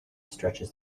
stretches